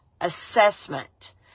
assessment